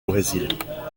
brésil